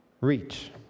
reach